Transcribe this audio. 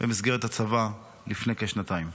במסגרת הצבא לפני כשנתיים.